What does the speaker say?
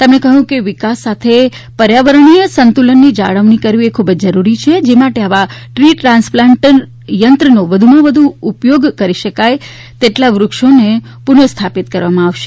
તેમણે કહ્યું વિકાસ સાથે પર્યાવરણીય સંતુલનની જાળવણી કરવી ખૂબ જ જરૂરી છે જે માટે આવા દ્રી ટ્રાન્સ્પ્લાન્ટરયંત્રનો વધુમાં વધુ ઉપયોગી કરી શક્ય તેટલા વૃક્ષોનું પુનઃસ્થાપિત કરવામાં આવશે